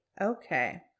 Okay